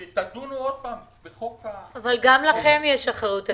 כשתדונו עוד פעם בחוק --- אבל גם לכם יש אחריות.